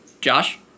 Josh